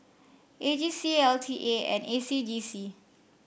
A G C L T A and A C J C